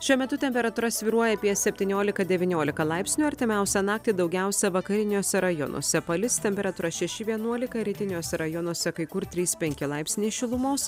šiuo metu temperatūra svyruoja apie septyniolika devyniolika laipsnių artimiausią naktį daugiausia vakariniuose rajonuose palis temperatūra šeši vienuolika rytiniuose rajonuose kai kur trys penki laipsniai šilumos